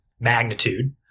magnitude